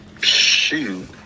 shoot